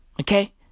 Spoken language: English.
Okay